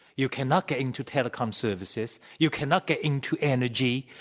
you cannot get into telecom services. you cannot get into energy.